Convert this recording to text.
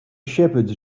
shepherds